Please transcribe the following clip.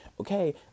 okay